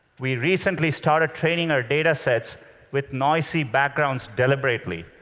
we recently started training our data sets with noisy backgrounds deliberately,